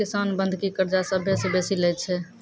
किसान बंधकी कर्जा सभ्भे से बेसी लै छै